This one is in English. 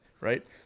Right